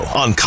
on